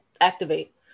activate